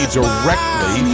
directly